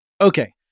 Okay